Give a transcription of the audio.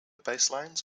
baselines